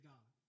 God